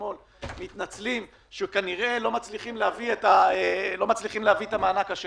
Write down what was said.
על זה שהם לא מצליחים להביא את המענק השני.